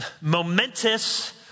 momentous